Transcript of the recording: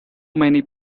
many